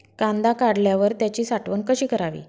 कांदा काढल्यावर त्याची साठवण कशी करावी?